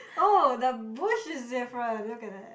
oh the bush is different look at that